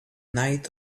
night